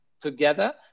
together